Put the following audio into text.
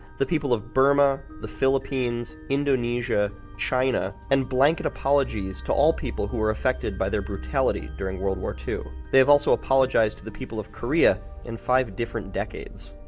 the people of burma, the philippines, indonesia, china and blanket apologies to all people who were affected by their brutality during world war ii. they have also apologized to the people of korea in five different decades.